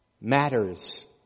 matters